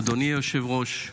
אדוני היושב-ראש,